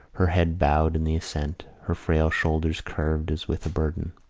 her head bowed in the ascent, her frail shoulders curved as with a burden,